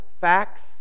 facts